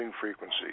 frequency